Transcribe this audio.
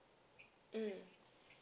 mm